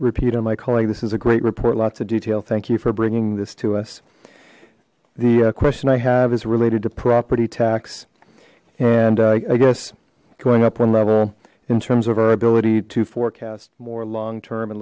repeat on my colleague this is a great report lots of detail thank you for bringing this to us the question i have is related to property tax and i guess going up one level in terms of our ability to forecast more long term and